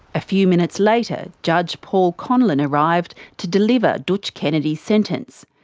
a few minutes later, judge paul conlon arrived to deliver dootch kennedy's sentence.